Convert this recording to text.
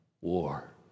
War